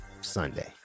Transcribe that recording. Sunday